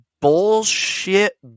bullshit